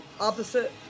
opposite